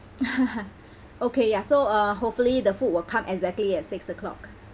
okay ya so uh hopefully the food will come exactly at six O clock